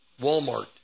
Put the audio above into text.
Walmart